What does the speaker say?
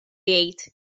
jgħid